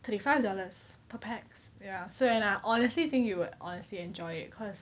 thirty five dollars per pax ya so and I honestly think you would honestly enjoy it cause